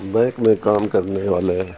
bank میں کام کرنے والے